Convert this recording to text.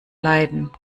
leiden